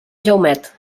jaumet